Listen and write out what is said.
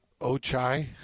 Ochai